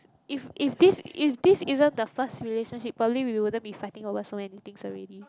if if this if this is not the first relationship probably we wouldn't fighting over so many things already